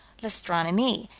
l'astronomie,